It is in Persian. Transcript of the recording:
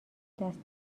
دست